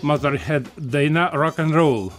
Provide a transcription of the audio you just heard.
motorhed daina rokenrol